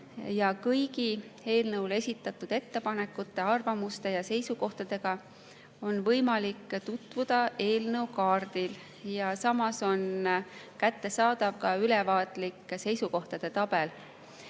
Kõigi eelnõu kohta esitatud ettepanekute, arvamuste ja seisukohtadega on võimalik tutvuda eelnõu kaardil. Samas on kättesaadav ülevaatlik seisukohtade